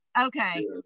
Okay